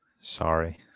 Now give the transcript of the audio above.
sorry